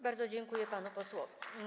Bardzo dziękuję panu posłowi.